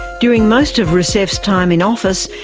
during most of rousseff's time in office,